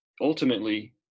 ultimately